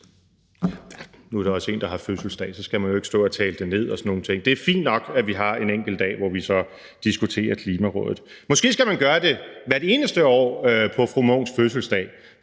Nu er der en, der har fødselsdag i dag, og så skal man ikke stå og tale det her ned, så det er fint nok, at vi har en enkelt dag, hvor vi diskuterer Klimarådet. Måske skulle vi gøre det hvert eneste år på fru Signe Munks fødselsdag,